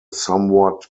somewhat